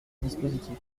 dispositif